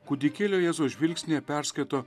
kūdikėlio jėzaus žvilgsnyje perskaito